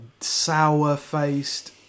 sour-faced